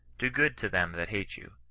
do good to them that hate you,